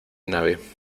nave